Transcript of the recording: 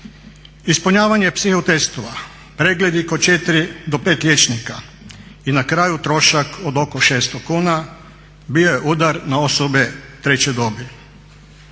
Ispunjavanje psiho testova, pregledi kod četiri do pet liječnika i na kraju trošak od oko 600 kuna bio je udar na osobe treće dobi.